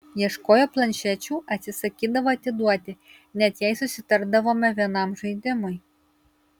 ieškojo planšečių atsisakydavo atiduoti net jei susitardavome vienam žaidimui